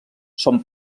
són